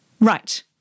Right